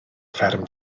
fferm